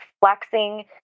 flexing